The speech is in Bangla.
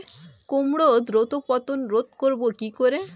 কুমড়োর দ্রুত পতন রোধ করব কি করে?